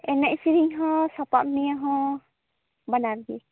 ᱮᱱᱮᱡ ᱥᱮᱨᱤᱧ ᱦᱚᱸ ᱥᱟᱯᱟᱵᱽ ᱱᱤᱭᱮ ᱦᱚᱸ ᱵᱟᱱᱟᱨ ᱜᱮ